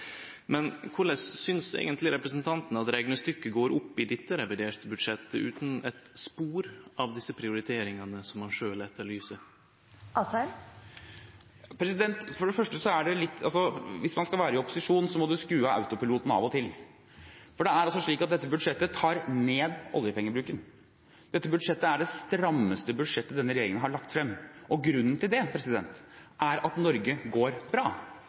Men korleis synest eigentleg representanten at reknestykket går opp i dette reviderte budsjettet, utan eit spor av desse prioriteringane som han sjølv etterlyser? For det første: Hvis man skal være i opposisjon, må man skru av autopiloten av og til. For det er altså slik at dette budsjettet tar ned oljepengebruken. Dette budsjettet er det strammeste budsjettet denne regjeringen har lagt frem. Og grunnen til det er at Norge går bra.